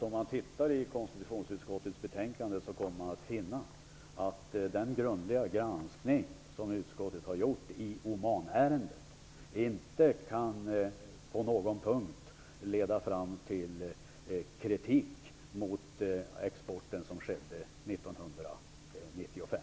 Om man tittar i konstitutionsutskottets betänkande kommer man att finna att den grundliga granskning som utskottet har gjort i Omanärendet inte på någon punkt kan leda fram till kritik mot den export som skedde 1995.